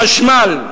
חשמל,